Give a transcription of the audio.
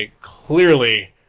clearly